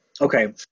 Okay